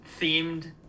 themed